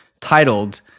titled